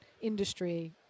industry